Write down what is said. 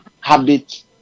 habit